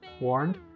warned